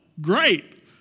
great